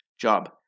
job